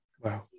wow